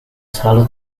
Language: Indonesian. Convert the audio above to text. selalu